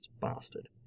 bastard